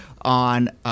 on